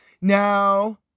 Now